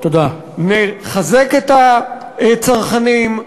נחזק את הצרכנים,